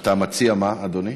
אתה מציע מה, אדוני?